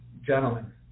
gentlemen